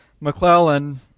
McClellan